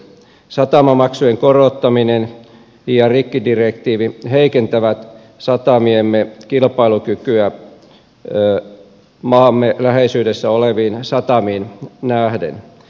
satamamaksujen korottaminen ja rikkidirektiivi heikentävät satamiemme kilpailukykyä maamme läheisyydessä oleviin satamiin nähden